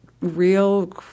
real